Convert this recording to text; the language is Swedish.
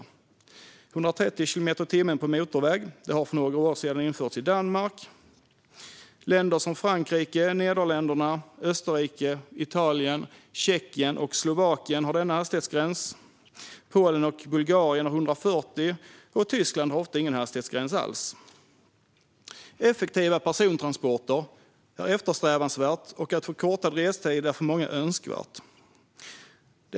130 kilometer i timmen på motorväg infördes för några år sedan i Danmark, och även länder som Frankrike, Nederländerna, Österrike, Italien, Tjeckien och Slovakien har denna hastighetsgräns. Polen och Bulgarien har 140, och Tyskland har ofta ingen hastighetsgräns alls. Effektiva persontransporter är eftersträvansvärt, och att få kortad restid är för många önskvärt.